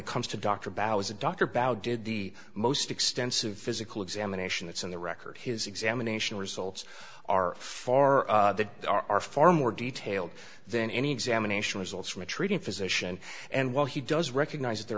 it comes to dr bao is dr bao did the most extensive physical examination it's on the record his examination results are far that are far more detailed than any examination results from a treating physician and while he does recognize that there